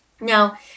Now